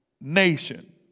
nation